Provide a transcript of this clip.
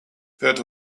fährt